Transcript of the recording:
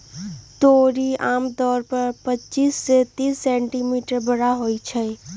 तोरी आमतौर पर पच्चीस से तीस सेंटीमीटर बड़ होई छई